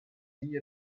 nie